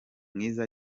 mwiza